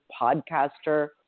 podcaster